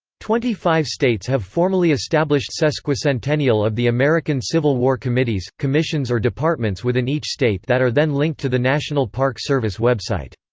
twenty-five states have formally established sesquicentennial of the american civil war committees, commissions or departments within each state that are then linked to the national park service website.